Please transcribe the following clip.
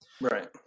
Right